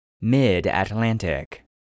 Mid-Atlantic